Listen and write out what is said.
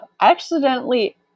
Accidentally